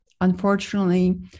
Unfortunately